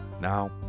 Now